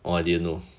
oh I didn't know